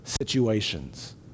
situations